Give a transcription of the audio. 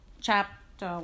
chapter